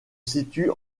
situe